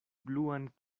bluan